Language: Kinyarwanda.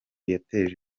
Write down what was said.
yateje